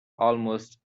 almost